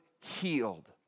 healed